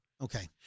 Okay